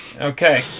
okay